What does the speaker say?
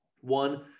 one